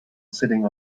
sitting